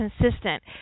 consistent